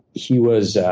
he was an